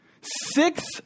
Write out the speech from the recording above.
Six